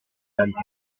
dante